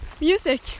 Music